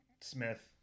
Smith